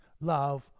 love